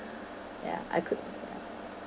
ya I could